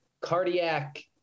cardiac